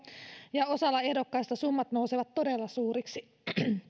ja osalla ehdokkaista summat nousevat todella suuriksi